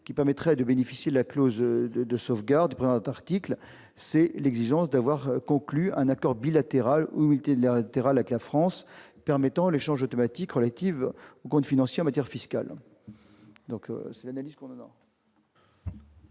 qui permettrait de bénéficier de la clause de sauvegarde du présent article : l'exigence d'avoir conclu un accord bilatéral ou multilatéral avec la France permettant l'échange automatique d'informations relatives aux comptes financiers en matière fiscale. Je mets aux voix